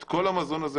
את כל המזון הזה,